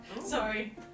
Sorry